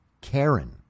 Karen